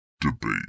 debate